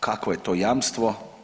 Kakvo je to jamstvo?